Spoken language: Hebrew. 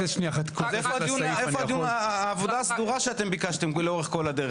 איפה העבודה הסדורה שביקשתם לאורך כל הדרך?